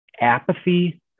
apathy